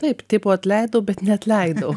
taip tipo atleidau bet neatleidau